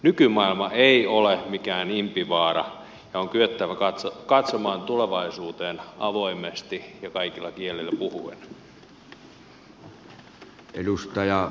nykymaailma ei ole mikään impivaara ja on kyettävä katsomaan tulevaisuuteen avoimesti ja kaikilla kielillä puhuen